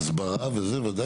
אבל יש הסברה בנושא.